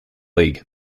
league